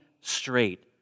straight